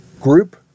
group